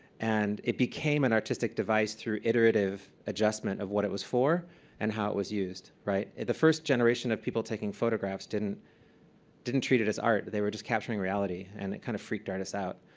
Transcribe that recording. and it became an artistic device through iterative adjustments of what it was for and how it was used. right? the first generation of people taking photographs didn't didn't treat it as art. they were just capturing reality, and it kind of freaked artists out.